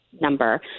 number